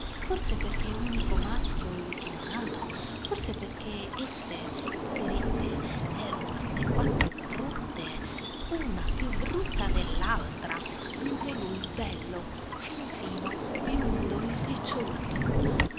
maschio e ultimo nato forse perché esse poverette erano tutt'e quattro brutte una più brutta dell'altra mentre lui bello fino fino biondo e